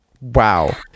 Wow